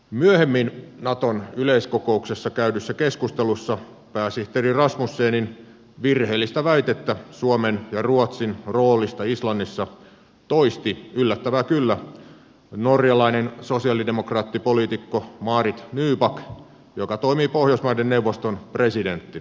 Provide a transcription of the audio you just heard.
myöhemmin naton yleiskokouksessa käydyssä keskustelussa pääsihteeri rasmussenin virheellistä väitettä suomen ja ruotsin roolista islannissa toisti yllättävää kyllä norjalainen sosialidemokraattipoliitikko marit nybakk joka toimii pohjoismaiden neuvoston presidenttinä